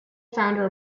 founder